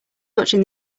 watching